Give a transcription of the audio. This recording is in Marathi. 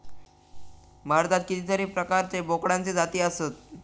भारतात कितीतरी प्रकारचे बोकडांचे जाती आसत